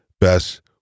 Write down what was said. best